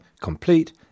complete